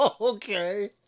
Okay